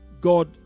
God